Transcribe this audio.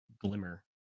glimmer